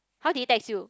how did he text you